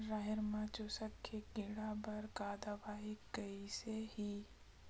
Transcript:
राहेर म चुस्क के कीड़ा बर का दवाई कइसे ही?